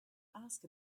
ask